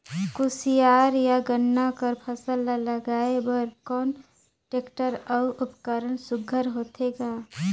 कोशियार या गन्ना कर फसल ल लगाय बर कोन टेक्टर अउ उपकरण सुघ्घर होथे ग?